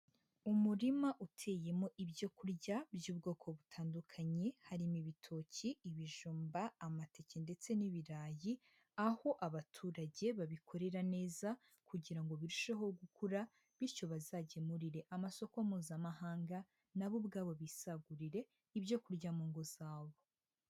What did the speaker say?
Umurima uteyemo ibyo kurya by'ubwoko butandukanye, harimo ibitoki, ibijumba, amateke ndetse n'ibirayi, aho abaturage babikorera neza kugira ngo birusheho gukura bityo bazagemurire amasoko Mpuzamahanga na bo ubwabo bisagurire ibyo kurya mu ngo zabo.